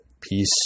peace